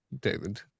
David